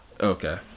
Okay